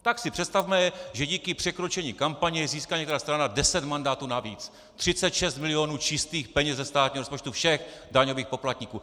Tak si představme, že díky překročení kampaně získá nějaká stran 10 mandátů navíc, 36 milionů čistých peněz ze státního rozpočtu všech daňových poplatníků.